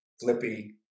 flippy